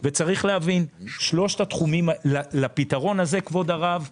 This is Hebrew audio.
צריך להבין שלפתרון הזה, כבוד הרב,